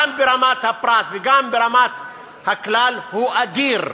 גם ברמת הפרט וגם ברמת הכלל, הוא אדיר.